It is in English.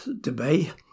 debate